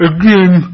Again